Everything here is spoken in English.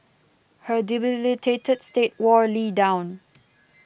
her debilitated state wore Lee down